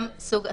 גם סוג עסקיו.